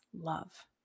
love